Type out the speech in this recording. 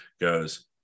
goes